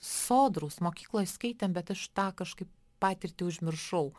sodrūs mokykloj skaitėm bet aš tą kažkaip patirtį užmiršau